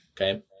Okay